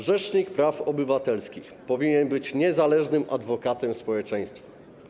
Rzecznik praw obywatelskich powinien być niezależnym adwokatem społeczeństwa.